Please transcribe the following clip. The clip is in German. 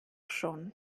schon